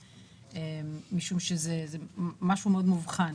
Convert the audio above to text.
זה משהו שהוא מאוד מאובחן,